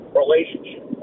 relationship